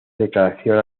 declaración